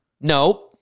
No